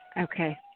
Okay